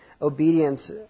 obedience